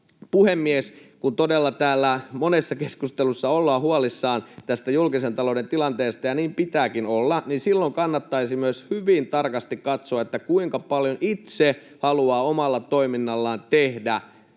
puhemies! Kun todella täällä monessa keskustelussa ollaan huolissaan julkisen talouden tilanteesta, ja niin pitääkin olla, niin silloin kannattaisi myös hyvin tarkasti katsoa, kuinka paljon itse haluaa omalla toiminnallaan tehdä